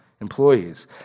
employees